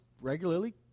regularly